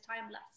timeless